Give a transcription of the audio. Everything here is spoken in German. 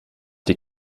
die